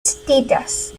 status